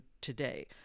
today